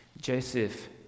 Joseph